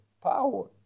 power